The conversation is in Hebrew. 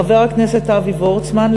חבר הכנסת אבי וורצמן,